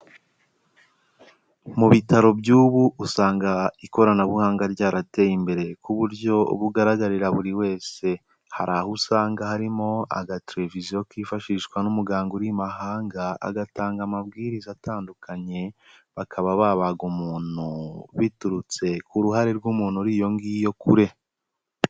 Mu bitaro by'ubu usanga ikoranabuhanga ryarateye imbere ku buryo bugaragarira buri wese, hari aho usanga harimo agatereviziyo kifashishwa n'umuganga uri imahanga, agatanga amabwiriza atandukanye, bakaba babaga umuntu biturutse ku ruhare rw'umuntu uriyongiyo kure.